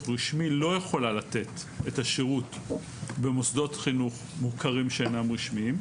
רשמי לא יכול לתת את השירות במוסדות חינוך מוכרים שאינם רשמיים.